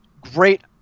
great